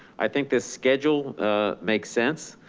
i think this schedule ah makes sense.